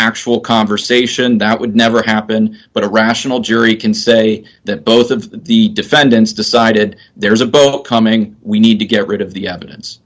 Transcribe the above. ctual conversation that would never happen but a rational jury can say that both of the defendants decided there's a book coming we need to get rid of the evidence